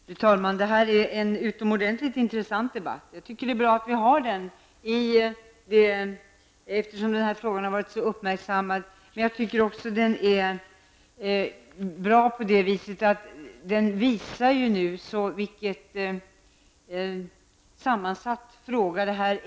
Fru talman! Det här är en utomordentligt intressant debatt. Jag tycker att det är bra att vi har den här debatten, eftersom denna fråga har varit så uppmärksammad. Men debatten är också bra så till vida att den visar hur sammansatt den här frågan är.